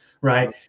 Right